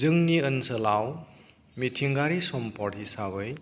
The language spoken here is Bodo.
जोंनि ओनसोलाव मिथिंगायारि सम्पद हिसाबै